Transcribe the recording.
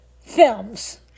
films